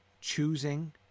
choosing